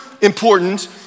important